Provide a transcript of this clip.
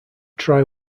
try